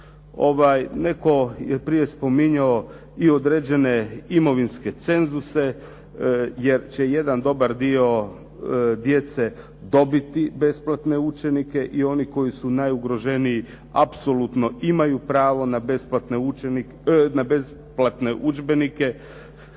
netko je prije spominjao i određene imovinske cenzuse jer će jedan dobar dio djece dobiti besplatne udžbenike i oni koji su najugroženiji apsolutno imaju pravo na besplatne udžbenike.